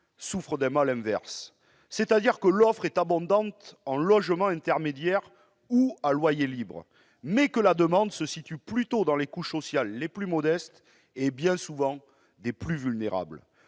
souffre d'un mal inverse : l'offre est abondante en logements intermédiaires ou à loyer libre, mais la demande se situe plutôt dans les couches sociales les plus modestes, et bien souvent les plus vulnérables.